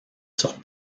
sur